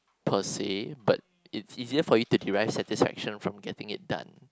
per say but it easier for your to derive satisfaction from getting it done